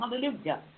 hallelujah